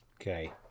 Okay